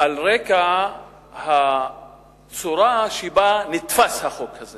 על רקע הצורה שבה החוק הזה